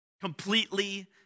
Completely